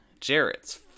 Jarrett's